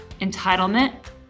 entitlement